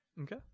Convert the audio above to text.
okay